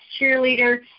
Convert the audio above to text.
cheerleader